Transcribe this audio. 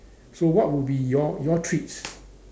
so what would be your your treats